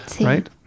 right